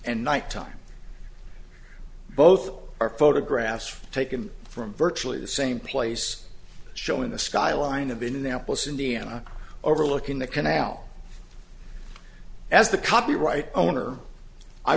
and nighttime both are photographs taken from virtually the same place showing the skyline of in annapolis indiana overlooking the canal as the copyright owner i